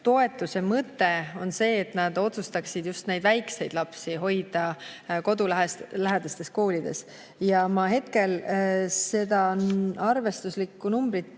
toetuse mõte on see, et nad otsustaksid just väikseid lapsi hoida kodulähedastes koolides. Ma hetkel seda arvestuslikku numbrit